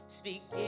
speak